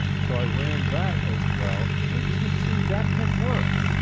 so i ran that as well, and you can see that can work!